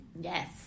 Yes